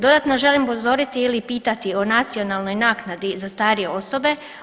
Dodatno želim upozoriti ili pitati o nacionalnoj naknadi za starije osobe.